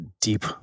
deep